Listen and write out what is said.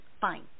fine